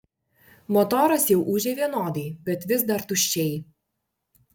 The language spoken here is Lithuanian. motoras jau ūžė vienodai bet vis dar tuščiai